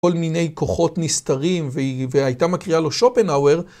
כל מיני כוחות נסתרים והיא הייתה מקריאה לו שופנאוואר.